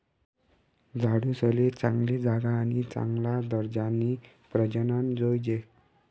झाडूसले चांगली जागा आणि चांगला दर्जानी प्रजनन जोयजे